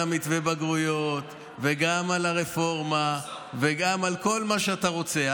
גם על מתווה הבגרויות וגם על הרפורמה וגם על כל מה שאתה רוצה.